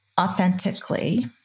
authentically